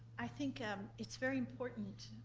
i think um it's very important.